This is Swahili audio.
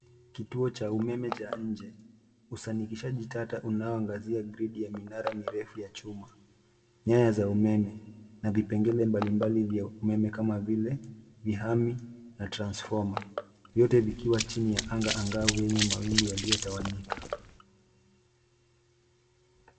Kituo cha umeme cha nje, usanifishaji tata unaoangazia gredi ya minara mirefu ya chuma, nyaya za umeme, na vipengele mbalimbali vya kama vile mihami, na transformer vikiwa chini ya anga angavu yenye mawingu yaliyotawanyika.